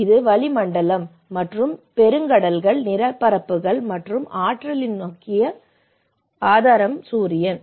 இது வளிமண்டலம் மற்றும் பெருங்கடல்கள் நிலப்பரப்புகள் மற்றும் ஆற்றலின் முக்கிய ஆதாரம் சூரியன்